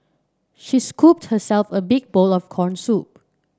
she scooped herself a big bowl of corn soup